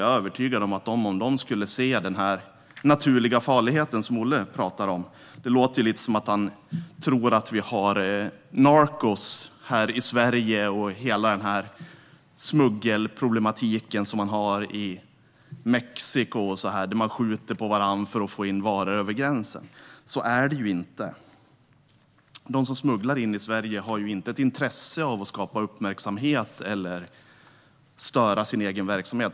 Jag är övertygad om att de skulle se den naturliga farlighet som Olle Felten talade om. Det låter lite som att han tror att vi har Narcos här i Sverige och hela den smuggelproblematik som finns i Mexiko, där man skjuter på varandra för att få in varor över gränsen. Så är det inte. Explosiva varor - Tullverkets befogen-heter vid inre gräns De som smugglar in i Sverige har inte något intresse av att skapa uppmärksamhet eller störa sin egen verksamhet.